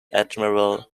admiral